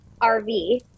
RV